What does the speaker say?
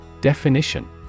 Definition